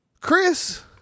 chris